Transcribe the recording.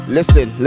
Listen